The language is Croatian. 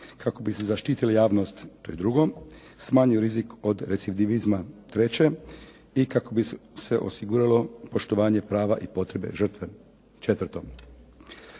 kako bi se zaštitila javnost. To je drugo. Smanjio rizik od recidivizma treće i kako bi se osiguralo poštovanje prava i potrebe žrtve četvrto.